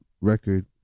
record